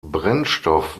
brennstoff